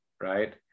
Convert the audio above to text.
right